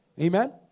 Amen